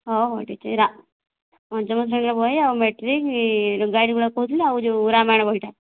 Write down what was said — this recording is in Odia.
ହେଉ ହେଉ ଠିକ ଅଛି ରା ପଞ୍ଚମ ଶ୍ରେଣୀର ବହି ଆଉ ମେଟ୍ରିକ ଗାଇଡ଼ ଗୁଡ଼ାକ କହୁଥିଲେ ଆଉ ଯେଉଁ ରାମାୟଣ ବହିଟା